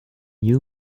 you